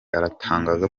aratangaza